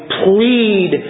plead